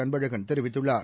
அன்பழகன் தெரிவித்துள்ளார்